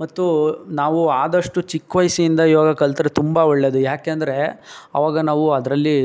ಮತ್ತು ನಾವು ಆದಷ್ಟು ಚಿಕ್ಕ ವಯಸ್ಸಿನಿಂದ ಯೋಗ ಕಲಿತ್ರೆ ತುಂಬ ಒಳ್ಳೆಯದು ಯಾಕೆಂದರೆ ಅವಾಗ ನಾವು ಅದರಲ್ಲಿ